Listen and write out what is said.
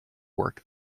work